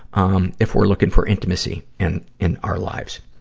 um, if we're looking for intimacy in, in our lives.